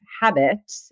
habit